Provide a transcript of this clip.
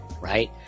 Right